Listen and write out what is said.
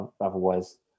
otherwise